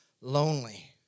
Lonely